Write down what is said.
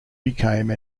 became